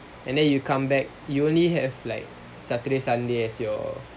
and then you come back you only have like saturday sunday as your